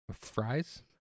Fries